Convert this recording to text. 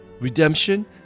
redemption